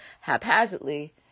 haphazardly